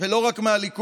ולא רק מהליכוד,